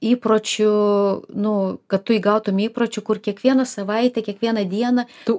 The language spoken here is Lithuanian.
įpročių nu kad tu įgautum įpročių kur kiekvieną savaitę kiekvieną dieną tu